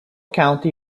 county